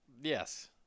Yes